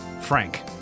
Frank